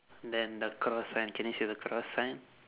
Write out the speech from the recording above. then the cross sign can you see the cross sign